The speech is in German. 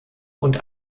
und